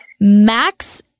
Max